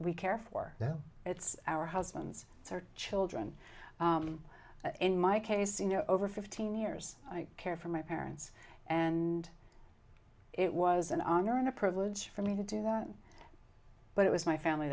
we care for them it's our husbands it's are children in my case you know over fifteen years i care for my parents and it was an honor and a privilege for me to do that but it was my family